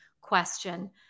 question